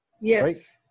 Yes